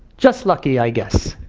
just lucky, i guess.